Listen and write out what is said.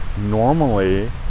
normally